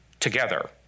together